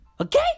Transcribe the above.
Okay